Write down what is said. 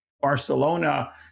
Barcelona